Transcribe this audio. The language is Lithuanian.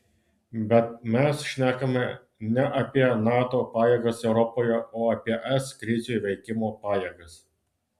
bet mes šnekame ne apie nato pajėgas europoje o apie es krizių įveikimo pajėgas